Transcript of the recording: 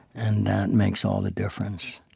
and that makes all the difference.